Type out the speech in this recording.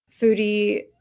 foodie